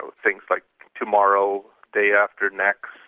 ah things like tomorrow, day after next,